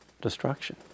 destruction